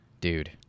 Dude